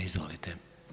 Izvolite.